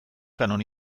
kanon